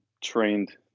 trained